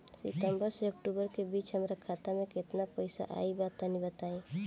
सितंबर से अक्टूबर के बीच हमार खाता मे केतना पईसा आइल बा तनि बताईं?